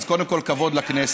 אז קודם כול כבוד לכנסת,